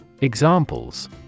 Examples